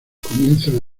comienzan